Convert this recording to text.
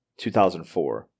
2004